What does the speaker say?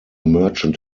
merchant